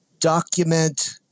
document